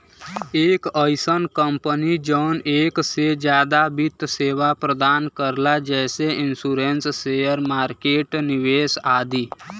एक अइसन कंपनी जौन एक से जादा वित्त सेवा प्रदान करला जैसे इन्शुरन्स शेयर मार्केट निवेश आदि